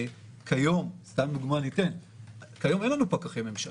כיום, סתם דוגמה, אין לנו פקחי ממשלה.